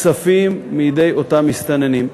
כספים מידי אותם מסתננים.